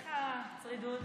איך הצרידות?